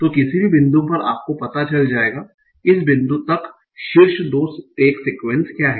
तो किसी भी बिंदु पर आपको पता चल जाएगा इस बिंदु तक शीर्ष दो टैग सीक्वेंस क्या हैं